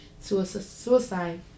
suicide